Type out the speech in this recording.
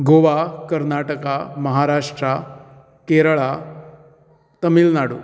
Goa Karnataka Maharashtra Kerala Tamil Nadu